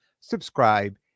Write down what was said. subscribe